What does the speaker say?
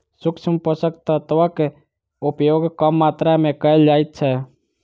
सूक्ष्म पोषक तत्वक उपयोग कम मात्रा मे कयल जाइत छै